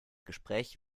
gespräch